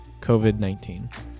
COVID-19